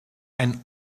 ein